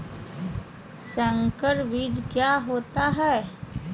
संकर बीज क्या होता है?